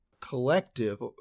collective